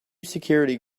security